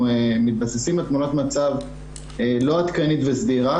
מתבססים על תמונת מצב לא עדכנית וסדירה.